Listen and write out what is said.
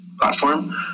platform